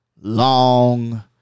long